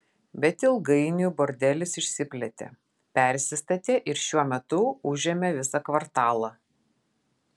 bet ilgainiui bordelis išsiplėtė persistatė ir šiuo metu užėmė visą kvartalą